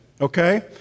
okay